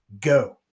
Go